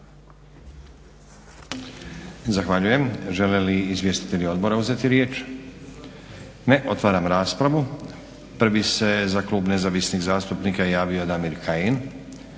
Zahvaljujem. Žele li izvjestitelji Odbora uzeti riječ? Ne. Otvaram raspravu. Prvi se za Klub zavisnih zastupnika javio Damir Kajin,